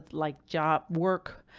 like job work.